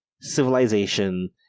civilization